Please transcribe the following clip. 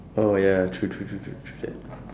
oh ya true true true true that